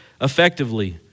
effectively